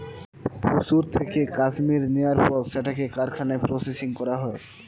পশুর থেকে কাশ্মীর নেয়ার পর সেটাকে কারখানায় প্রসেসিং করা হয়